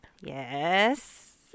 Yes